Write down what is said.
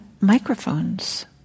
microphones